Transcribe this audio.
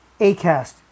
Acast